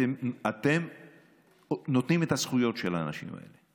אתם נותנים את הזכויות של האנשים האלה.